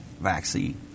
vaccine